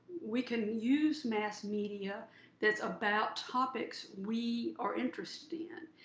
we can use mass media that's about topics we are interested in.